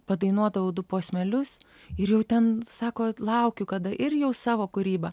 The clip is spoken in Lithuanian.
padainuodavau du posmelius ir jau ten sako laukiu kada ir jau savo kūrybą